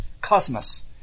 cosmos